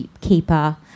keeper